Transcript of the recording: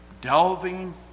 delving